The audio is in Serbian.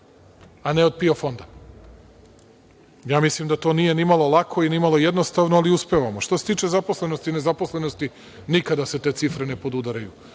a ne od PIO fonda. Ja mislim da to nije lako ni malo jednostavno, ali uspevamo. Što se tiče zaposlenosti i nezaposlenosti, nikada se te cifre ne podudaraju.